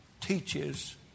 teaches